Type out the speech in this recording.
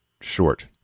short